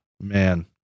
man